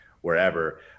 wherever